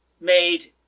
made